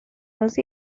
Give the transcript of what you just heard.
was